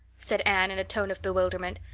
said anne in a tone of bewilderment.